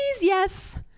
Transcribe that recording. yes